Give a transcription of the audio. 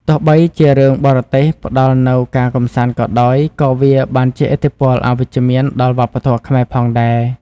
ទោះបីជារឿងបរទេសផ្តល់នូវការកម្សាន្តក៏ដោយ ក៏វាបានជះឥទ្ធិពលអវិជ្ជមានដល់វប្បធម៌ខ្មែរផងដែរ។